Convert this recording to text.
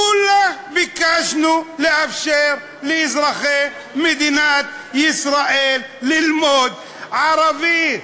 כולה ביקשנו לאפשר לאזרחי מדינת ישראל ללמוד ערבית.